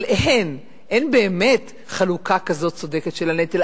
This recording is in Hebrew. אבל אין, אין באמת חלוקה כזאת צודקת של הנטל.